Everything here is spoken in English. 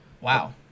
Wow